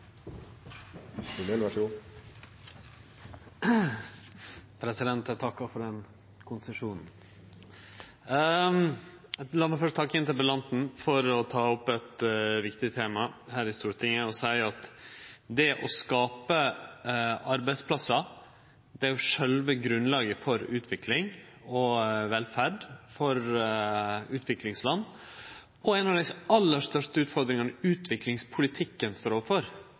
Eg takkar for den konsesjonen. Lat meg først takke interpellanten for å ta opp eit viktig tema her i Stortinget, og seie at det å skape arbeidsplassar er sjølve grunnlaget for utvikling og velferd for utviklingsland. Det er òg ei av dei aller største utfordringane utviklingspolitikken står overfor, fordi mange utviklingsland har masse arbeidsløyse, og som vi veit, vil vi ha behov for